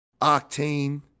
Octane